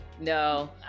No